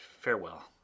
farewell